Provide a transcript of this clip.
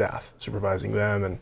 stuff supervising them and